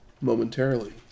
momentarily